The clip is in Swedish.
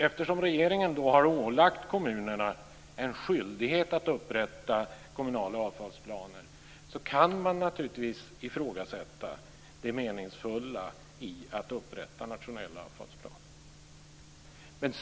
Eftersom regeringen har ålagt kommunerna en skyldighet att upprätta kommunala avfallsplaner kan man naturligtvis ifrågasätta det meningsfulla i att upprätta nationella avfallsplaner.